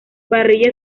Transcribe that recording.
parrilla